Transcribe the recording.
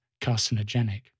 carcinogenic